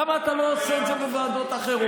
למה אתה לא עושה את זה בוועדות אחרות?